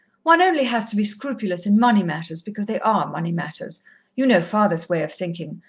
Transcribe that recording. one only has to be scrupulous in money matters because they are money matters you know father's way of thinking,